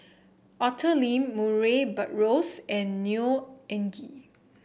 Arthur Lim Murray Buttrose and Neo Anngee